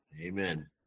Amen